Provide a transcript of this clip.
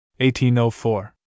1804